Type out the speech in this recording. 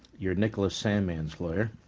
you are niclas sammons lawyer.